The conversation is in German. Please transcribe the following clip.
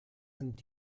sind